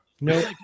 No